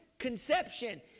conception